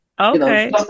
Okay